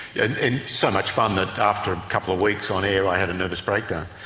and and so much fun that after a couple of weeks on air i had a nervous breakdown.